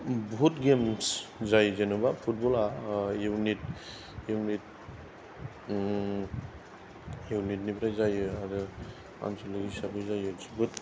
बुहुद गेम्स जायो जेनेबा फुटबला इउनिट इउनिट इउनिटनिफ्राय जायो आरो मानसिनि हिसाबै जायो जोबोद